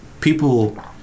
People